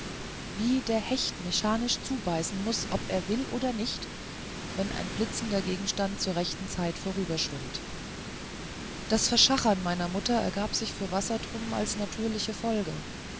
wie der hecht mechanisch zubeißen muß ob er will oder nicht wenn ein blitzender gegenstand zu rechter zeit vorüberschwimmt das verschachern meiner mutter ergab sich für wassertrum als natürliche folge